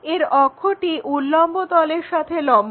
এর অক্ষটি উল্লম্ব তলের সাথে লম্ব